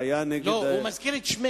לא, הוא מזכיר את שמך.